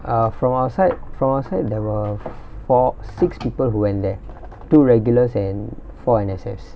uh from our side from our side there were four six people who went there two regulars and four N_S_F